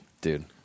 Dude